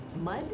Mud